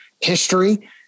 history